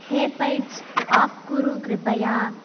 हे पैटस् आफ् कुरु कृपया